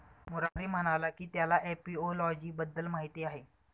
मुरारी म्हणाला की त्याला एपिओलॉजी बद्दल माहीत आहे